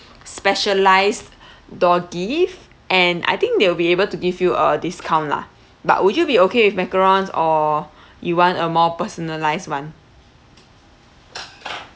specialised door gift and I think they will be able to give you a discount lah but would you be okay with macarons or you want a more personalised [one]